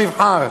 שיבחר.